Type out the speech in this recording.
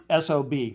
SOB